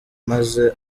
maze